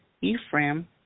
Ephraim